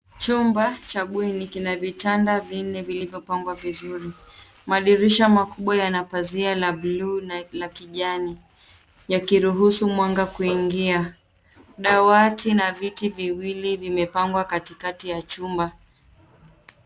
Chumba cha bweni kina vitanda vinne vilivyopangwa vizuri. Madirisha makubwa yana pazia la buluu na la kijani yakiruhusu mwanga kuingia. Dawati na viti viwili vimepangwa katikati ya chumba.